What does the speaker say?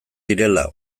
direla